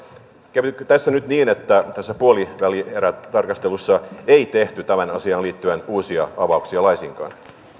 kävikö tässä nyt niin että puolivälitarkastelussa ei tehty tähän asiaan liittyen uusia avauksia laisinkaan